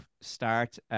start